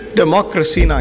democracy